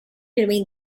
between